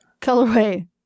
Colorway